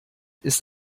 ist